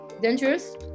dangerous